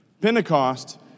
Pentecost